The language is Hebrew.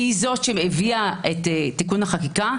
היא זו שהביאה את תיקון החקיקה,